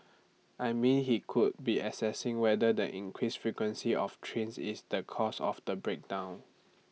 I mean he could be assessing whether than increased frequency of trains is the cause of the break down